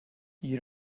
you